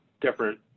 different